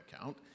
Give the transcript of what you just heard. account